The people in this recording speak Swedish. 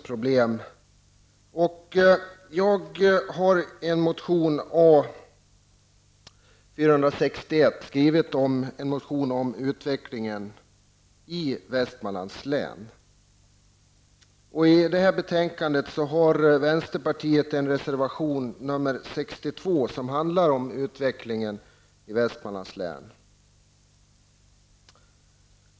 Själv har jag väckt en motion, motion I detta betänkande om regionalpolitiken återfinns även en reservation från oss i vänsterpartiet, reservation 62, som handlar om utvecklingen i Västmanlands län.